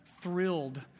thrilled